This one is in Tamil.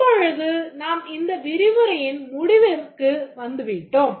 இப்பொழுது நாம் இந்த விரிவுரையின் முடிவிற்கு கிட்டத்தட்ட வந்துவிட்டோம்